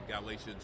Galatians